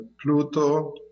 Pluto